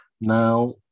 now